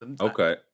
Okay